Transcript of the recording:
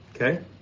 okay